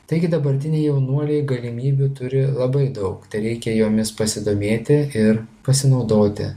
taigi dabartiniai jaunuoliai galimybių turi labai daug tereikia jomis pasidomėti ir pasinaudoti